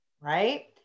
right